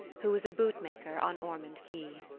who was a bootmaker on ormond quay.